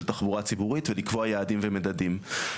תחבורה ציבורית ולקבוע יעדים ומדדים.